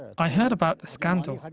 i heard about the scandal.